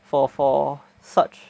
for for such